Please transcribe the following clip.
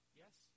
yes